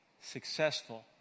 successful